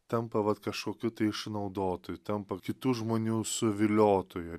tampa vat kažkokiu tai išnaudotu tampa kitų žmonių suviliotoju